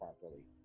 properly